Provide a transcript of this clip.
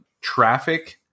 traffic